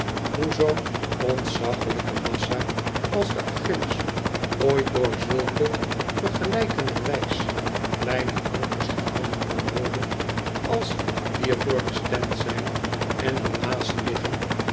hoc zoo'n ontzaglijke massa als de achilles ooit door zulke vergelijkenderwijs kleine ankers gehouden kan worden als die er voor bestemd zijn en er naast liggen